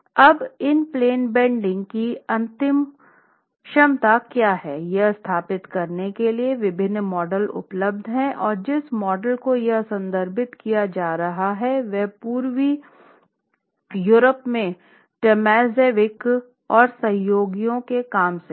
अब in plane bending की अंतिम क्षमता क्या है यह स्थापित करने के लिए विभिन्न मॉडल उपलब्ध हैं और जिस मॉडल को यहां संदर्भित किया जा रहा है वह पूर्वी यूरोप के टोमाजेविक और सहयोगियों के काम से है